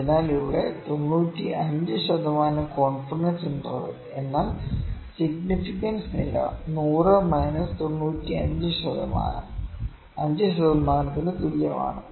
അതിനാൽ ഇവിടെ 95 ശതമാനം കോൺഫിഡൻസ് ഇന്റർവെൽ എന്നാൽ സിഗ്നിഫിക്കൻസ് നില 100 മൈനസ് 95 ശതമാനം 5 ശതമാനത്തിന് തുല്യമാണ്